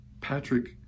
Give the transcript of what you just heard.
Patrick